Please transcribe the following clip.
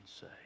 say